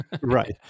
Right